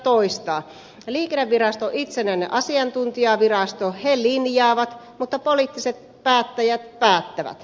liikennevirasto on itsenäinen asiantuntijavirasto he linjaavat mutta poliittiset päättäjät päättävät